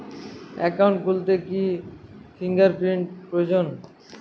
Account খুলতে কি fingerprint প্রয়োজন?